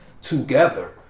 together